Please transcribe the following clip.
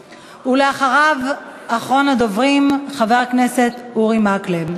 ואחריו, אחרון הדוברים, חבר הכנסת אורי מקלב.